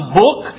book